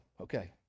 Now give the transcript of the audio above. okay